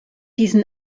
diesen